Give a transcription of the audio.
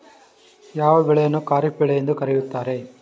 ಯಾವ ಬೆಳೆಯನ್ನು ಖಾರಿಫ್ ಬೆಳೆ ಎಂದು ಕರೆಯುತ್ತಾರೆ?